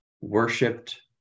worshipped